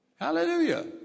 Hallelujah